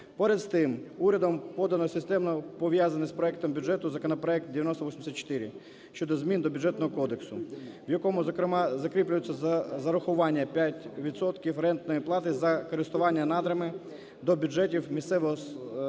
Поряд з тим, урядом подано системно пов'язаний з проектом бюджету законопроект 9084 щодо змін до Бюджетного кодексу, в якому, зокрема, закріплюється зарахування 5 відсотків рентної плати за користування надрами до бюджетів місцевого